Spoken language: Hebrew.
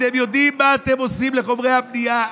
אתם יודעים מה אתם עושים לחומרי הבנייה?